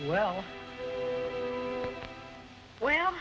well well